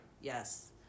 Yes